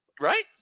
Right